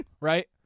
right